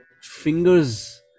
fingers